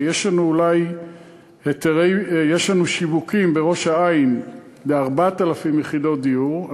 שיש לנו שיווקים בראש-העין ל-4,000 יחידות דיור,